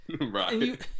Right